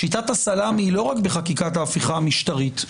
שיטת הסלאמי היא לא רק בחקיקת ההפיכה המשטרית,